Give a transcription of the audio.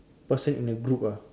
person in the group ah